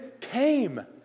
came